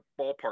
ballpark